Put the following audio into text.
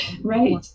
right